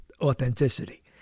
authenticity